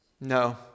No